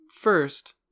first